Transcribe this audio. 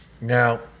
Now